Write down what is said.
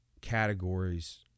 categories